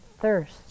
thirst